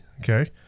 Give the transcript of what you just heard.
Okay